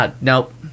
nope